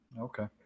Okay